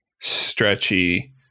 stretchy